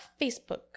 Facebook